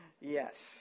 Yes